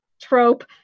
trope